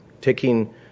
taking